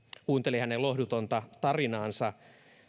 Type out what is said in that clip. kuuntelin hänen lohdutonta tarinaansa